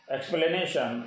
Explanation